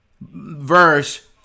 verse